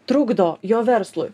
trukdo jo verslui